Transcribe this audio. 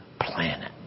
planet